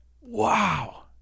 Wow